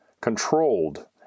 controlled